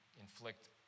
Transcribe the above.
inflict